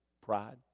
pride